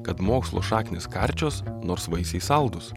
kad mokslo šaknys karčios nors vaisiai saldūs